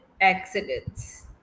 accidents